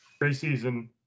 Preseason